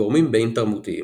גורמים בין תרבותיים